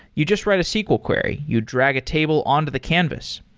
you just write a sql query. you drag a table on to the canvas.